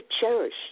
cherish